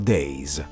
Days